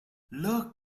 look